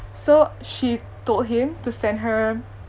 so she told him to send her